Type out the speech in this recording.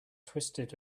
twisted